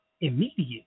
immediate